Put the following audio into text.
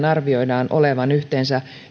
arvioidaan olevan yhteensä